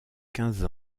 quinze